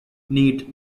need